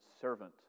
servant